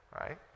right